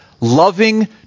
loving